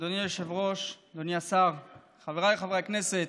אדוני היושב-ראש, אדוני השר, חבריי חברי הכנסת,